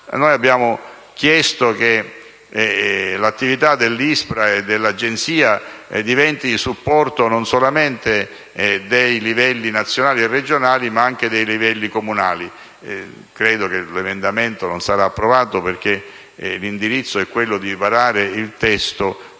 Noi abbiamo chiesto che l'attività dell'ISPRA e dell'Agenzia diventi supporto non solamente dei livelli nazionali e regionali, ma anche dei livelli comunali. Credo che l'emendamento non sarà approvato, perché l'indirizzo è quello di varare il testo